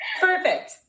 perfect